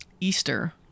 easter